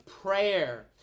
prayer